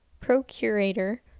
Procurator